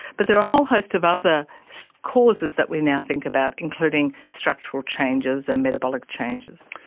but there's a whole host of other so causes that we now think about, including structural changes and metabolic changes.